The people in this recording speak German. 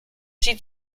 sie